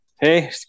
Hey